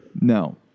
No